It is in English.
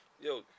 Yo